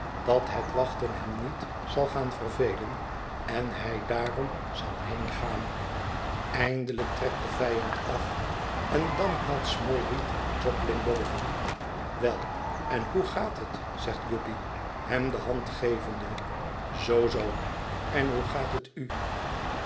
dat het wachten hem niet zal gaan vervelen en hij daarom zal heengaan eindelijk trekt de vijand af en dan haalt smallweed jobling boven wel en hoe gaat het zegt guppy hem de hand gevende zoo zoo en hoe gaat het u